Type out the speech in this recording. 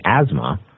asthma